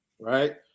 right